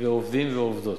עובדים ועובדות.